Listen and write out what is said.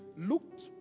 looked